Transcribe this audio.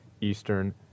Eastern